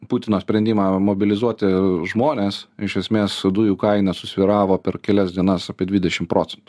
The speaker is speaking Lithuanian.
putino sprendimą mobilizuoti žmones iš esmės su dujų kaina susvyravo per kelias dienas apie dvidešim procentų